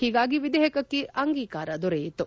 ಹೀಗಾಗಿ ವಿಧೇಯಕಕ್ಕೆ ಅಂಗೀಕಾರ ದೊರೆಯಿತು